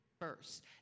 first